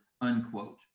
unquote